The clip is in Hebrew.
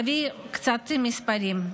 אביא קצת מספרים.